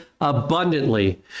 abundantly